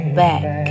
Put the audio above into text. back